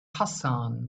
hassan